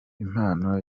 impano